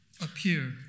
appear